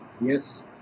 Yes